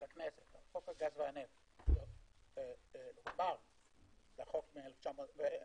חוק הגז והנפט - בחוק מ-2011